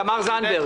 תמר זנדברג.